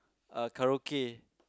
uh karaoke